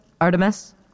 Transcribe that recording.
Artemis